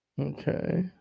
Okay